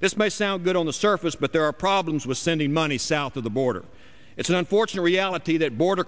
this may sound good on the surface but there are problems with sending money south of the border it's an unfortunate reality that border